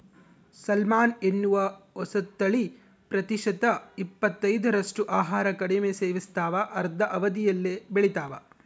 salmon ಎನ್ನುವ ಹೊಸತಳಿ ಪ್ರತಿಶತ ಇಪ್ಪತ್ತೈದರಷ್ಟು ಆಹಾರ ಕಡಿಮೆ ಸೇವಿಸ್ತಾವ ಅರ್ಧ ಅವಧಿಯಲ್ಲೇ ಬೆಳಿತಾವ